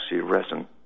resin